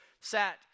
sat